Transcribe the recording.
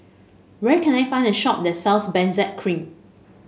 where can I find a shop that sells Benzac Cream